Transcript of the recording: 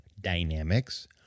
dynamics